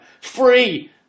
Free